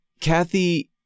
Kathy